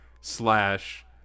slash